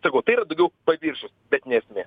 sakau tai yra daugiau paviršius bet ne esmė